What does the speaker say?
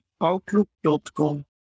outlook.com